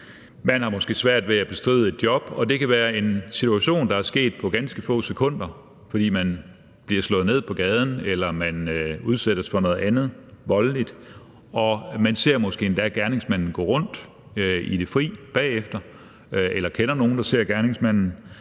man har måske svært ved at bestride et job. Det kan være en situation, der er opstået på ganske få sekunder, fordi man bliver slået ned på gaden eller man udsættes for noget andet voldeligt. Man ser måske endda gerningsmanden gå rundt i det fri bagefter eller kender nogen, der ser gerningsmanden,